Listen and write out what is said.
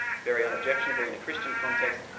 very unobjectionable in a christian context.